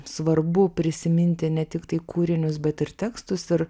svarbu prisiminti ne tiktai kūrinius bet ir tekstus ir